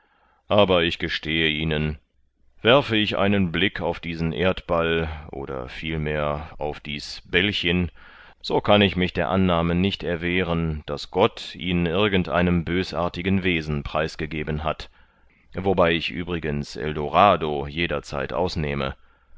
aber ich gestehe ihnen werfe ich einen blick auf diesen erdball oder vielmehr auf dies bällchen so kann ich mich der annahme nicht erwehren daß gott ihn irgend einem bösartigen wesen preisgegeben hat wobei ich übrigens eldorado jederzeit ausnehme